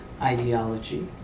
ideology